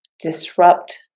disrupt